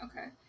Okay